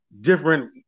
different